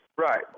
Right